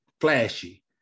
flashy